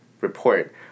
report